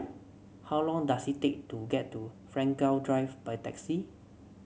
how long does it take to get to Frankel Drive by taxi